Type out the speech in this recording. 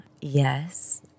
yes